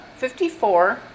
54